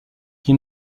qui